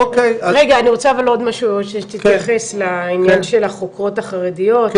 אני רוצה עוד משהו שתתייחס לעניין של החוקרות החרדיות,